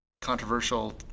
controversial